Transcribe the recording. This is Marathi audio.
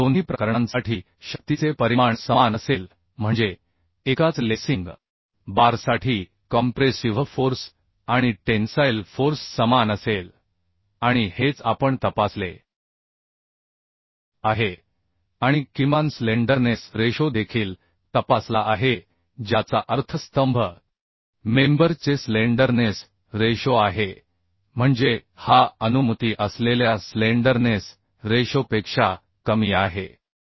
तर दोन्ही प्रकरणांसाठी शक्तीचे परिमाण समान असेल म्हणजे एकाच लेसिंग बारसाठी कॉम्प्रेसिव्ह फोर्स आणि टेन्साइल फोर्स समान असेल आणि हेच आपण तपासले आहे आणि किमान स्लेंडरनेस रेशो देखील तपासला आहे ज्याचा अर्थ स्तंभ मेंबर चे स्लेंडरनेस रेशो आहे म्हणजे हा अनुमती असलेल्या स्लेंडरनेस रेशोपेक्षा कमी आहे